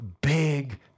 big